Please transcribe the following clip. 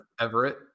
everett